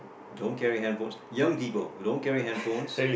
don't carry handphones young people don't carry handphones